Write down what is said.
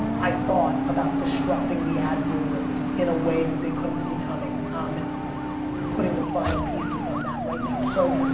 i thought, about disrupting the ad world in a way that they couldn't see coming. i'm putting the final pieces on that right now. so,